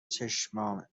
چشمام